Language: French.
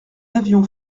avions